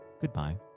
goodbye